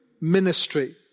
ministry